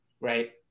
right